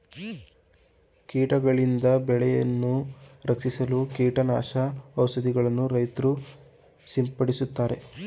ಕೀಟಗಳಿಂದ ಬೆಳೆಯನ್ನು ರಕ್ಷಿಸಲು ಕೀಟನಾಶಕ ಔಷಧಿಗಳನ್ನು ರೈತ್ರು ಸಿಂಪಡಿಸುತ್ತಾರೆ